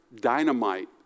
dynamite